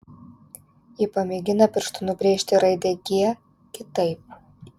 ji pamėgina pirštu nubrėžti raidę g kitaip